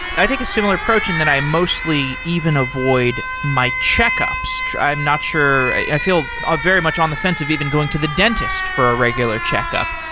i did get similar approach, and then i mostly even avoid my checkups. i'm not sure i feel very much on the fence of even going to the dentist for a regular checkup.